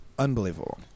Unbelievable